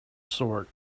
sort